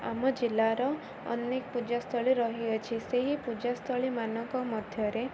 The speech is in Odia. ଆମ ଜିଲ୍ଲାର ଅନେକ ପୂଜାସ୍ଥଳୀ ରହିଅଛି ସେହି ପୂଜାସ୍ଥଳୀ ମାନଙ୍କ ମଧ୍ୟରେ